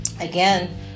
Again